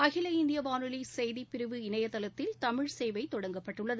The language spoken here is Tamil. அகில இந்திய வானொலி செய்திப்பிரிவு இணையதளத்தில் தமிழ் சேவை தொடங்கப்பட்டுள்ளது